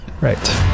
Right